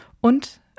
und